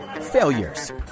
failures